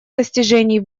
достижений